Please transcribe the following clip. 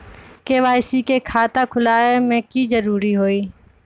KYC के खाता खुलवा में की जरूरी होई?